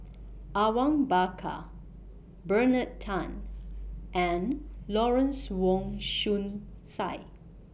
Awang Bakar Bernard Tan and Lawrence Wong Shyun Tsai